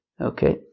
okay